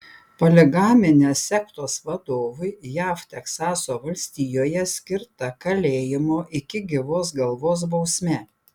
poligaminės sektos vadovui jav teksaso valstijoje skirta kalėjimo iki gyvos galvos bausmė